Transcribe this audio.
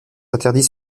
interdits